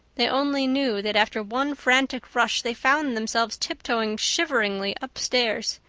they only knew that after one frantic rush they found themselves tiptoeing shiveringly upstairs.